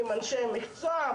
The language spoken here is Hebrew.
עם אנשי המקצוע,